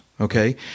okay